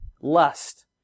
lust